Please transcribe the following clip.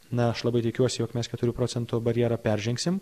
na aš labai tikiuosi jog mes keturių procentų barjerą peržengsim